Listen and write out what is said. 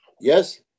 Yes